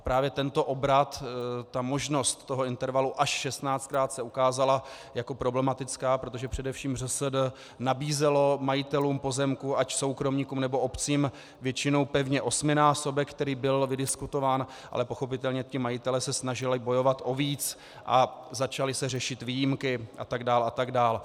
A právě tento obrat, možnost toho intervalu až 16krát, se ukázala jako problematická, protože především ŘSD nabízelo majitelům pozemků, ať soukromníkům, nebo obcím, většinou pevně 8násobek, který byl vydiskutován, ale pochopitelně majitelé se snažili bojovat o víc a začaly se řešit výjimky atd. atd.